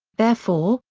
therefore,